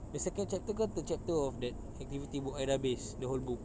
basically chapter ke two chapter of that activity book I dah habis the whole book